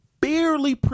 barely